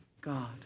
God